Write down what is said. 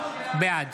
בעד